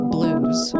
Blues